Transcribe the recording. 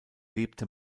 lebte